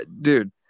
Dude